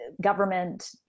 government